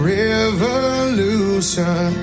revolution